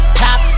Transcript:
top